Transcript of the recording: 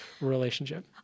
relationship